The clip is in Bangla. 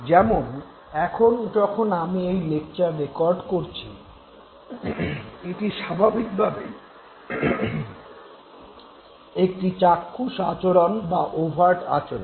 যেমন এখন যখন আমি এই লেকচার রেকর্ড করছি - এটি স্বাভাবিক ভাবেই একটি চাক্ষুস আচরণ বা ওভার্ট আচরণ